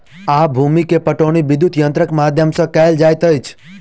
आब भूमि के पाटौनी विद्युत यंत्रक माध्यम सॅ कएल जाइत अछि